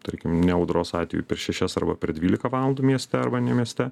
tarkim ne audros atveju per šešias arba per dvylika valandų mieste arba ne mieste